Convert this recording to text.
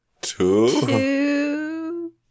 two